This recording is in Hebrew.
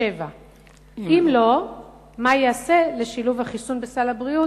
הגורם להתפתחות סרטן זה, וטרם הוכנס לסל הבריאות.